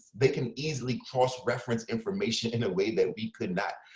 they can easily cross reference information in a way that we could not.